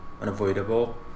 Unavoidable